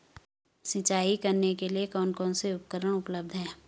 सिंचाई करने के लिए कौन कौन से उपकरण उपलब्ध हैं?